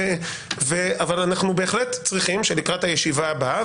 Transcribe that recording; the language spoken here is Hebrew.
אבל אנחנו בהחלט צריכים שלקראת הישיבה הבאה,